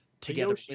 together